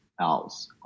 else